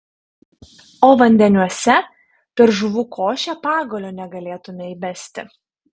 o vandeniuose per žuvų košę pagalio negalėtumei įbesti